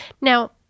Now